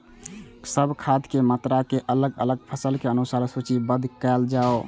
सब खाद के मात्रा के अलग अलग फसल के अनुसार सूचीबद्ध कायल जाओ?